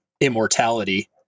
immortality